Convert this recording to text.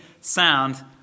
sound